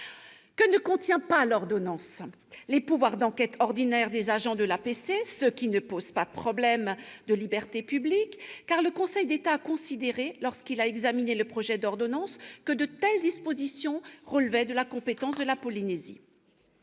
Que ne contient pas l'ordonnance ? Les pouvoirs d'enquête ordinaires des agents de l'APC, ceux qui ne posent pas de problème de libertés publiques, car le Conseil d'État a considéré, lorsqu'il a examiné le projet d'ordonnance, que de telles dispositions relevaient de la compétence de la Polynésie.